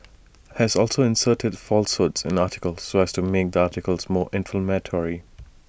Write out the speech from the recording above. has also inserted falsehoods in articles so as to make the articles more inflammatory